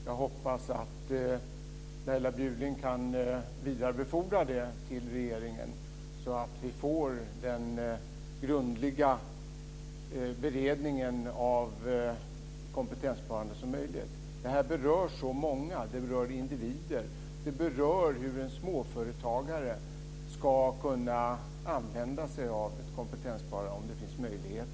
Jag hoppas att Laila Bjurling kan vidarebefordra det till regeringen, så att vi får en så grundlig beredning av kompetenssparande som möjligt. Det här berör så många. Det berör individer. Det berör hur en småföretagare ska kunna använda sig av ett kompetenssparande - om det finns möjligheter.